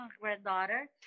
granddaughter